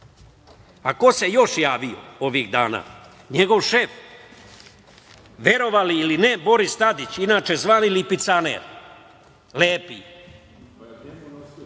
se još javio ovih dana? Njegov šef, verovali ili ne, Boris Tadić, inače, zvani lipicaner, lepi.